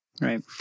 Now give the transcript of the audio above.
Right